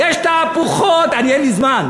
יש תהפוכות, אין לי זמן,